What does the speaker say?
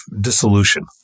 dissolution